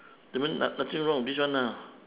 that mean no~ nothing wrong with this one ah